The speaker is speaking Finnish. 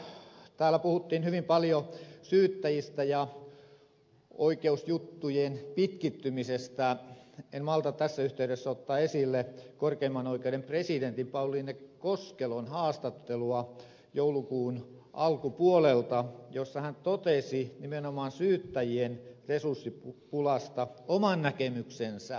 kun täällä puhuttiin hyvin paljon syyttäjistä ja oikeusjuttujen pitkittymisestä en malta tässä yhteydessä olla ottamatta esille korkeimman oikeuden presidentin pauliine koskelon haastattelua joulukuun alkupuolelta jossa hän totesi nimenomaan syyttäjien resurssipulasta oman näkemyksensä